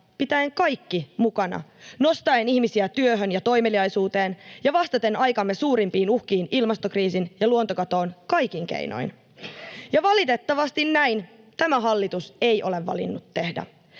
pitäen kaikki mukana, nostaen ihmisiä työhön ja toimeliaisuuteen ja vastaten aikamme suurimpiin uhkiin, ilmastokriisiin ja luontokatoon, kaikin keinoin, ja valitettavasti näin tämä hallitus ei ole valinnut tehdä.